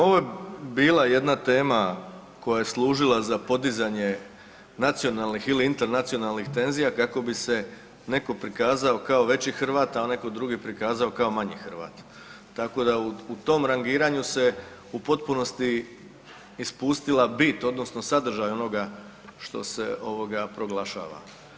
Ovo je bila jedna tema koja je služila za podizanje nacionalnih ili internacionalnih tenzija kako bi se neko prikazao kao veći Hrvat, a neko drugi prikazao kao manji Hrvat, tako da u tom rangiranju se u potpunosti ispustila bit odnosno sadržaj onoga što se proglašava.